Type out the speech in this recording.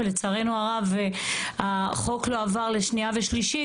ולצערנו הרב החוק לא עבר לשנייה ושלישית,